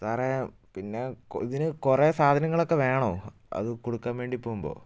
സാറേ പിന്നെ ഇതിന് കുറെ സാധനങ്ങൾ ഒക്കെ വേണോ അത് കൊടുക്കാൻ വേണ്ടി പോകുമ്പോൾ